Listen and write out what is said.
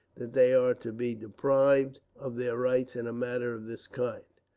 that they are to be deprived of their rights in a matter of this kind.